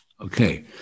Okay